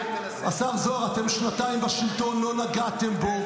השר זוהר, אתם שנתיים בשלטון, לא נגעתם בו.